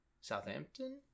Southampton